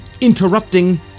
interrupting